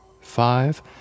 five